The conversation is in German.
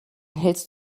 hältst